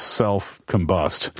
self-combust